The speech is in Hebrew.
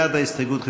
בעד ההסתייגות,